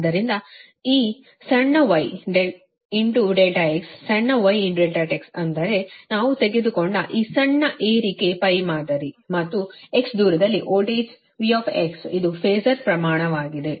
ಆದ್ದರಿಂದ ಈ ಸಣ್ಣ y ∆x ಸಣ್ಣ y ∆x ಅಂದರೆ ನಾವು ತೆಗೆದುಕೊಂಡ ಈ ಸಣ್ಣ ಏರಿಕೆ π ಮಾದರಿ ಮತ್ತು x ದೂರದಲ್ಲಿ ವೋಲ್ಟೇಜ್ V ಇದು ಫಾಸರ್ ಪ್ರಮಾಣವಾಗಿದೆ